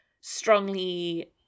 strongly